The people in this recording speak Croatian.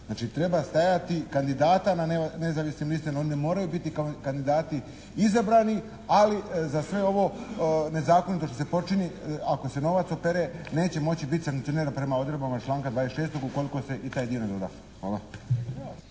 treba stajati kandidata na nezavisnim listama, oni ne moraju biti kandidati izabrani, ali za sve ovo nezakonito što se počini ako se novac opere neće moći biti sankcioniran prema odredbama članka 26. ukoliko se i taj dio ne doda.